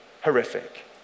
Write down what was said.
horrific